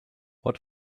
what